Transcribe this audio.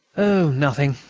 oh! nothing,